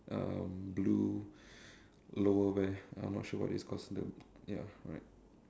um blue lower wear I'm not sure what it's called the ya right